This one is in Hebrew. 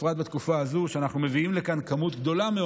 בפרט בתקופה הזאת שאנחנו מביאים לכאן מספר גדול מאוד